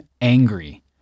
angry